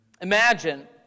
Imagine